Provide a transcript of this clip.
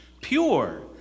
pure